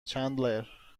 چندلر